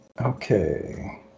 Okay